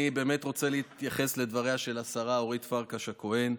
אני באמת רוצה להתייחס לדבריה של השרה אורית פרקש הכהן.